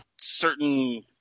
certain